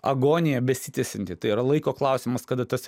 agonija besitęsianti tai yra laiko klausimas kada tas